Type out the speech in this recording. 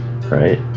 right